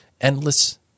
endless